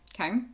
Okay